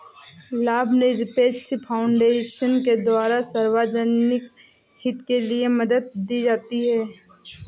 लाभनिरपेक्ष फाउन्डेशन के द्वारा सार्वजनिक हित के लिये मदद दी जाती है